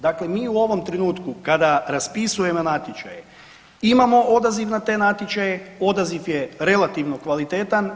Dakle, mi u ovom trenutku kada raspisujemo natječaje, imamo odaziv na te natječaje, odaziv je relativno kvalitetan.